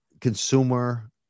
consumer